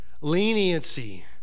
leniency